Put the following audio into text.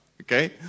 okay